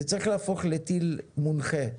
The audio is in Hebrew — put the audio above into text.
זה צריך להפוך לטיל מונחה.